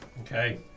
Okay